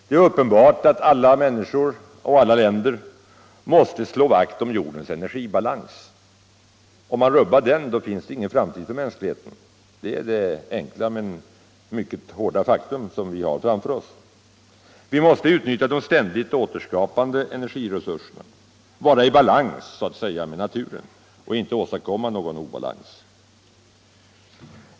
Det är uppenbart att alla människor och alla länder måste slå vakt om jordens energibalans. Om man rubbar den, finns det ingen framtid för mänskligheten. Det är det enkla men mycket hårda faktum som vi har framför oss. Vi måste utnyttja de ständigt återskapande energiresurserna, så att säga vara i balans med naturen och inte åstadkomma någon obalans.